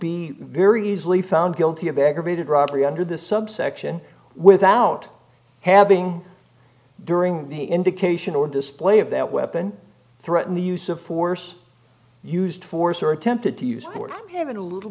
be very easily found guilty of aggravated robbery under the subsection without having during the indication or display of that weapon threaten the use of force used force or attempted to use or even a little